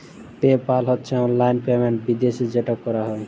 pay পাল হছে অললাইল payment বিদ্যাশে যেট ক্যরা হ্যয়